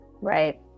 right